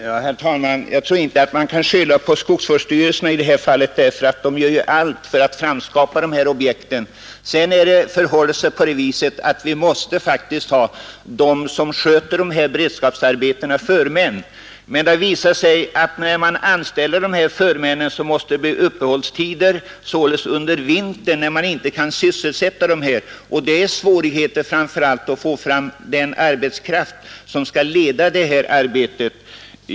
Herr talman! Jag tror inte att man kan skylla på skogsvårdsstyrelserna i det här fallet, för de gör ju allt vad de kan för att framskapa dessa objekt. Sedan förhåller det sig på det viset att vi faktiskt måste ha sådana som sköter dessa arbeten, dvs. förmän. Men det har visat sig att det för dessa förmän måste bli uppehållstider under vintern, när man inte kan sysselsätta dem. Det kan vara svårigheter att få fram den arbetskraft som skall leda arbetet.